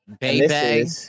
baby